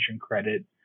credit